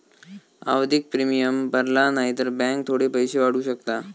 आवधिक प्रिमियम भरला न्हाई तर बॅन्क थोडे पैशे वाढवू शकता